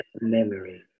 memory